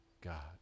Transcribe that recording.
God